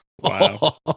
Wow